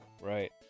right